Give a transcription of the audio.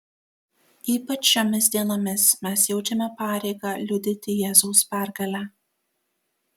ypač šiomis dienomis mes jaučiame pareigą liudyti jėzaus pergalę